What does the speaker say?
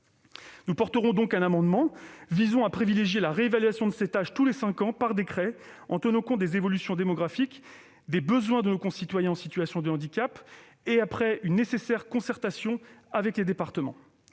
nous avons déposé un amendement pour privilégier une réévaluation de cet âge tous les cinq ans, par décret, en tenant compte des évolutions démographiques et des besoins de nos concitoyens en situation de handicap et après concertation avec les départements-